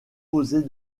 poser